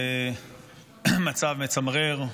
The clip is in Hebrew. זה מצב מצמרר,